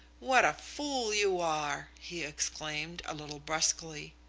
what a fool you are! he exclaimed, a little brusquely.